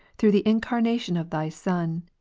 through the incarnation of thy son,